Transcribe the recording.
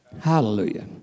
Hallelujah